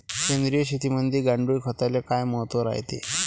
सेंद्रिय शेतीमंदी गांडूळखताले काय महत्त्व रायते?